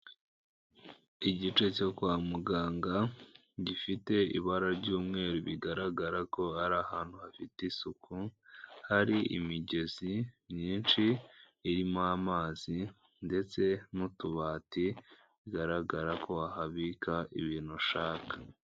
Igice cyo kwa muganga gifite ibara ry'umweru, bigaragara ko ari ahantu hafite isuku. Hari imigezi myinshi irimo amazi, ndetse n'utubati bigaragara ko wahabika ibintu ushaka.